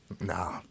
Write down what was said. No